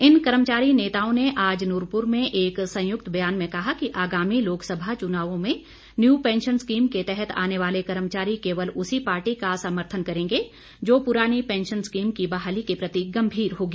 इन कर्मचारी नेताओं ने आज नूरपुर में एक संयुक्त ब्यान में कहा कि आगामी लोकसभा चुनावों में न्यू पैंशन स्कीम के तहत आने वाले कर्मचारी केवल उसी पार्टी का समर्थन करेंगे जो पुरानी पैंशन स्कीम की बहाली के प्रति गंभीर होगी